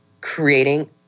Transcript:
creating